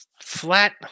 flat